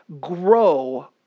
grow